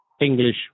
English